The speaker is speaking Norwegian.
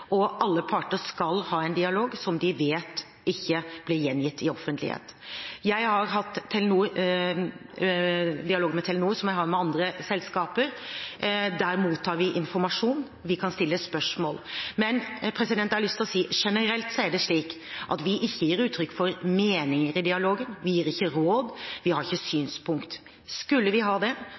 og alle parter skal ha en dialog som de vet ikke blir gjengitt i offentlighet. Jeg har hatt dialog med Telenor som jeg har med andre selskaper. Der mottar vi informasjon, og vi kan stille spørsmål. Generelt er det slik at vi ikke gir uttrykk for meninger i dialogen. Vi gir ikke råd, og vi har ikke synspunkter. Skulle vi ha det,